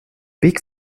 big